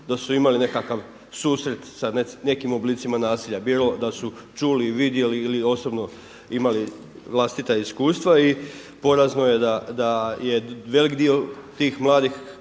da su imali nekakav susret sa nekim oblicima nasilja, bilo da su čuli, vidjeli ili osobno imali vlastita iskustva. I porazno je da je veliki dio tih mladih